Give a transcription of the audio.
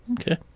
Okay